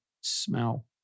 smell